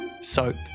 Soap